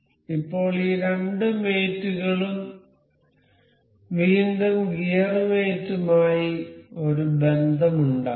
ഇപ്പോൾ ഈ രണ്ട് മേറ്റ് കളും വീണ്ടും ഗിയർ മേറ്റ് മായി ഒരു ബന്ധം ഉണ്ടാക്കും